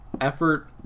effort